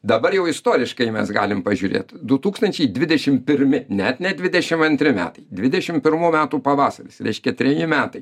dabar jau istoriškai mes galim pažiūrėt du tūkstančiai dvidešim pirmi net ne dvidešim antri metai dvidešim pirmų metų pavasaris reiškia treji metai